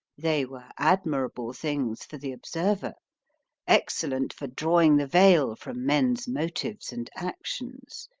they were admirable things for the observer excellent for drawing the veil from men's motives and actions.